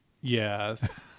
Yes